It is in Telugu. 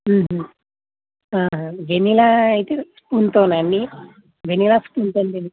వెనీల అయితే స్పూన్తోని వెనీలా స్పూన్తోని